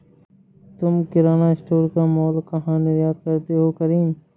तुम किराना स्टोर का मॉल कहा निर्यात करते हो करीम?